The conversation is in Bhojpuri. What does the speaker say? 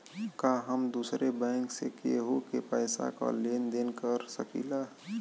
का हम दूसरे बैंक से केहू के पैसा क लेन देन कर सकिला?